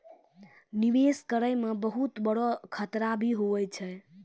निवेश करै मे बहुत बड़ो खतरा भी हुवै छै